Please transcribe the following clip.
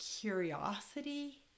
curiosity